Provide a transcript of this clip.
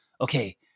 okay